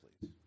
please